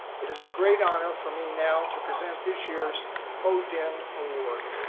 it is a great honor for me now to present this year's ho din award.